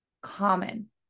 common